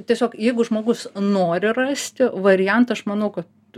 tiesiog jeigu žmogus nori rasti variantą aš manau kad